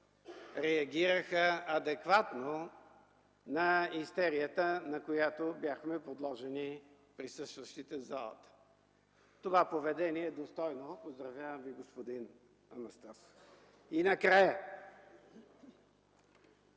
реагираха адекватно на истерията, на която бяхме подложени – присъстващите в залата. Това поведение е достойно! Поздравявам Ви, господин Анастасов! И накрая: